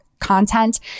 content